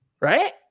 right